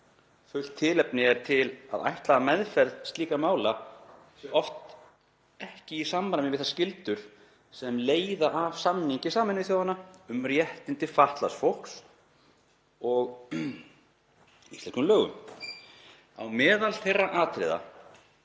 Fullt tilefni er til að ætla að meðferð slíkra mála sé oft ekki í samræmi við þær skyldur sem leiða af samningi SÞ um réttindi fatlaðs fólks og íslenskum lögum. Á meðal þeirra atriða